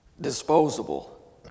disposable